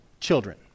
children